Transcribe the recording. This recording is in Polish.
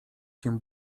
się